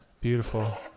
Beautiful